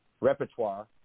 repertoire